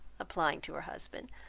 applying to her husband,